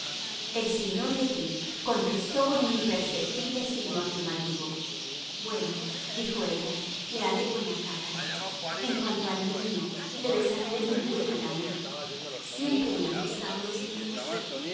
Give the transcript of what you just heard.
el señor le bris contestó con un imperceptible signo afirmativo bueno dijo ella le haré buena cara en cuanto al niño le besaré de muy buena gana siempre me han gustado los niños